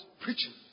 preaching